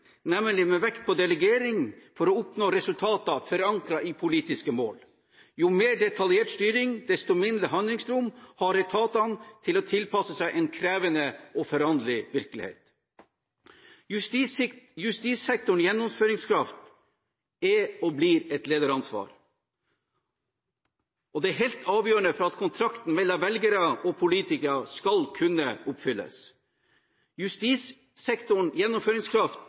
nemlig med vekt på delegering for å oppnå resultater forankret i politiske mål. Jo mer detaljert styring, desto mindre handlingsrom har etatene til å tilpasse seg en krevende og foranderlig virkelighet. Justissektorens gjennomføringskraft er og blir et lederansvar. Dette er helt avgjørende for at kontrakten mellom velgere og politikere skal kunne oppfylles. Justissektorens gjennomføringskraft